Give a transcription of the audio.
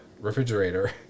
refrigerator